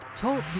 Talk